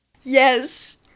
Yes